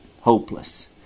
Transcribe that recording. hopeless